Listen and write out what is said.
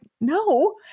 No